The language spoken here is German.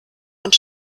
und